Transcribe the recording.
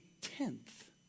tenth